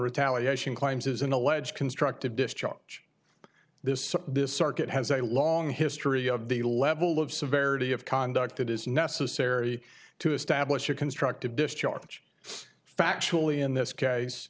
retaliation claims is an alleged constructive discharge this this circuit has a long history of the level of severity of conduct that is necessary to establish a constructive discharge factually in this case